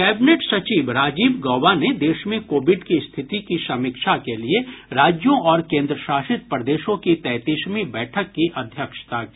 cabinet सचिव राजीव गौबा ने देश में कोविड की स्थिति की समीक्षा के लिये राज्यों और केंद्रशासित प्रदेशों की तैंतीसवीं बैठक की अध्यक्षता की